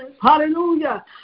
hallelujah